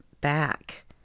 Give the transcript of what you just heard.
back